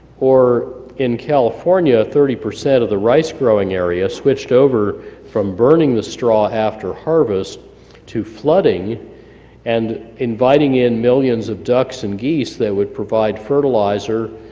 or in california thirty percent of the rice growing area switched over from burning the straw after harvest to flooding and inviting in millions of ducks and geese that would provide fertilizer,